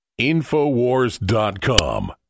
Infowars.com